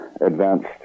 advanced